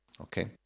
Okay